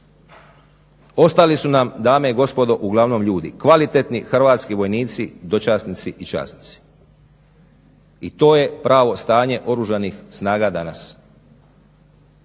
Ostali su nam dame i gospodo uglavnom ljudi, kvalitetni hrvatski vojnici, dočasnici i časnici i to je pravo stanje Oružanih snaga danas.